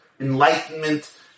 enlightenment